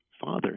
father